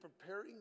preparing